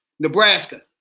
Nebraska